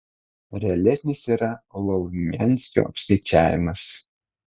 realesnis yra lovmianskio apskaičiavimas